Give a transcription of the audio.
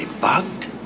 bugged